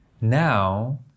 Now